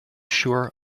sure